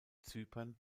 zypern